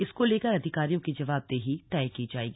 इसको लेकर अधिकारियों की जवाबदेही तय की जायेगी